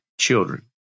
children